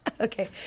Okay